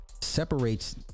separates